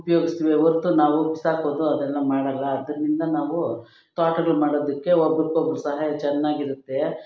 ಉಪಯೋಗಿಸ್ತೇವೆ ಹೊರತು ನಾವು ಬಿಸಾಕೋದು ಅದೆಲ್ಲ ಮಾಡಲ್ಲ ಅದರಿಂದ ನಾವು ತೋಟಗಳು ಮಾಡೋದಕ್ಕೆ ಒಬ್ರಿಗೊಬ್ರು ಸಹಾಯ ಚೆನ್ನಾಗಿರುತ್ತೆ